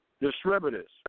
Distributors